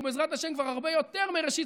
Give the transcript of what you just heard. ובעזרת השם כבר הרבה יותר מראשית,